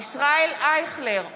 ישראל אייכלר,